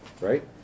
right